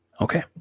Okay